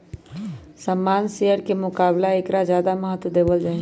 सामान्य शेयर के मुकाबला ऐकरा ज्यादा महत्व देवल जाहई